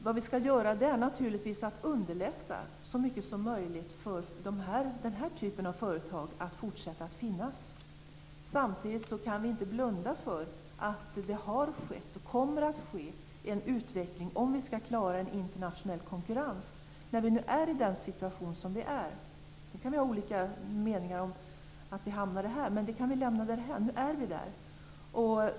Vad vi skall göra är naturligtvis att vi skall underlätta så mycket som möjligt för den här typen av företag att fortsätta att finnas. Samtidigt kan vi inte blunda för att det har skett och kommer att ske en utveckling om vi skall klarar en internationell konkurrens, när vi nu är i den situation som vi är - vi kan ha olika mening om hur vi hamnade här, men det kan vi lämna därhän.